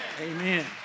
Amen